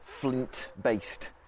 flint-based